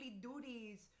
duties